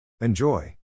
Enjoy